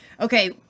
Okay